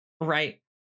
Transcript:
Right